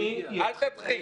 עכשיו, אני --- אל תתחיל.